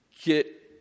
get